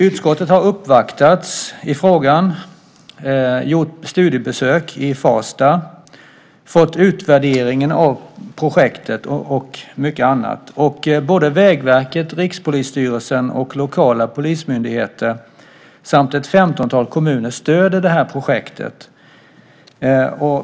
Utskottet har uppvaktats i frågan, gjort studiebesök i Farsta, fått utvärderingen av projektet och mycket annat. Vägverket, Rikspolisstyrelsen och lokala polismyndigheter samt ett femtontal kommuner stöder projektet.